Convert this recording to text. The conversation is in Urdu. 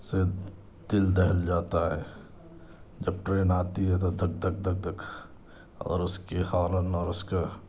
سے دل دہل جاتا ہے جب ٹرین آتی ہے تو دھک دھک دھک دھک اور اس کے ہارن اور اس کا